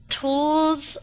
tools